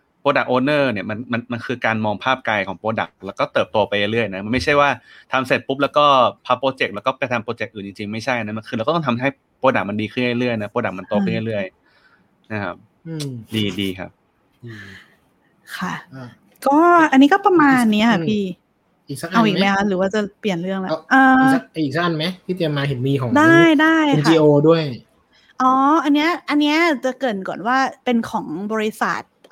Product owner เนี่ยมัน- มัน- มันคือการมองภาพไกลของ product แล้วก็เติบโตไปเรื่อยๆนะ มันไม่ใช่ว่าทำเสร็จปุ๊บแล้วก็พับ project แล้วก็ไปทำ project อื่น จริงๆไม่ใช่นะ มันคือเราก็ต้องทำให้ product มันดีขึ้นเรื่อยๆนะ product มันโตอืมขึ้นเรื่อยๆนะครับอืมดีๆครับอืมค่ะอ่ะก็อันนี้ก็ประมาณเนี้ยค่ะอืมพี่อีกสักอันไหม?เอาอีกไหมคะ? หรือว่าจะเปลี่ยนเรื่องแล้ว?เอา- อีกสัก-เอ่ออีกสักอันไหม? ที่เตรียมมาเห็นมีของได้- ได้ค่ะNGO ด้วยอ๋ออันเนี้ย- อันเนี้ยจะเกริ่นก่อนว่าเป็นของบริษัท